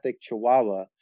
chihuahua